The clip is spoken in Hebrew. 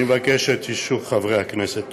אני מבקש את אישור חברי הכנסת.